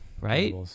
Right